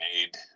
made